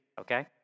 okay